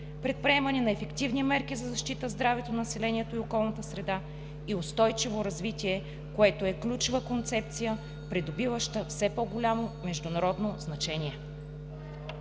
предприемане на ефективни мерки за защита здравето на населението и околната среда и устойчиво развитие, което е ключова концепция, придобиваща все по-голямо международно значение.